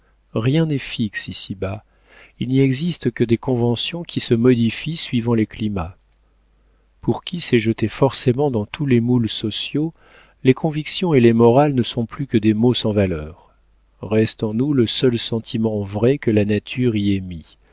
rien n'est fixe ici-bas il n'y existe que des conventions qui se modifient suivant les climats pour qui s'est jeté forcément dans tous les moules sociaux les convictions et les morales ne sont plus que des mots sans valeur reste en nous le seul sentiment vrai que la nature y